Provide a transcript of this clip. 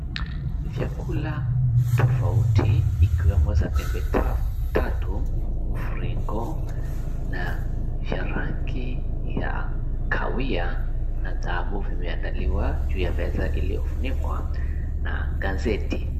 Vyakula tofauti ikiwemo za pembe tatu, mviringo na vya rangi ya kahawia na dhahabu vimeandaliwa juu ya meza iliyofunikwa na gazeti.